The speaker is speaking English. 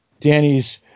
Danny's